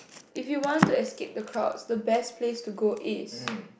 if you want to escape the crowds the best place to go is